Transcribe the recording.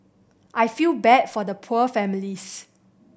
I feel bad for the poor families